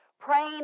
Praying